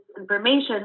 information